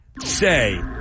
say